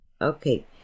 Okay